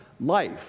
life